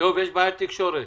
הוא לא יקרה בגללי,